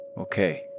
Okay